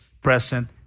present